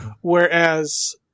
Whereas